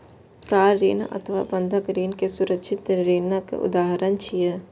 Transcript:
car ऋण अथवा बंधक ऋण सुरक्षित ऋणक उदाहरण छियै